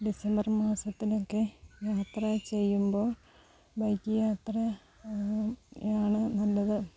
December മാസത്തിനൊക്കെ യാത്ര ചെയ്യുമ്പോൾ ബൈക്ക് യാത്ര ആണ് നല്ലത്